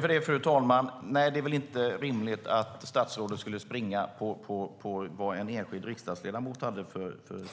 Fru talman! Det är väl inte rimligt att statsrådet skulle springa på basis av